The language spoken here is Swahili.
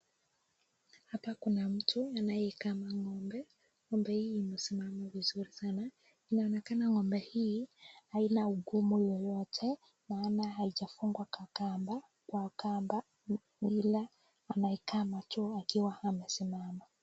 Hapa kuna mtu anayekama ngombe, ngombe hii imesimama vizuri sana, inaonekana ngombe hii haina ugumu yeyote naona haijafungwa ka kamba, ila anayekama tu akiwa amesimama.